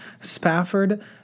Spafford